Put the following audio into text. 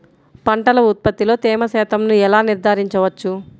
పంటల ఉత్పత్తిలో తేమ శాతంను ఎలా నిర్ధారించవచ్చు?